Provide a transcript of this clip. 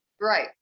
Right